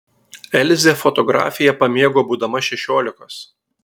elzė fotografiją pamėgo būdama šešiolikos